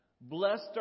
Blessed